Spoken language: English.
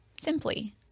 simply